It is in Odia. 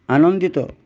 ଆନନ୍ଦିତ